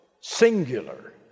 singular